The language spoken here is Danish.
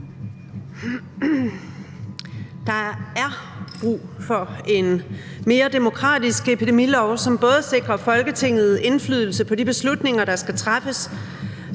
Der er brug for en mere demokratisk epidemilov, som både sikrer Folketinget indflydelse på de beslutninger, der skal træffes,